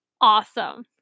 awesome